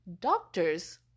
doctors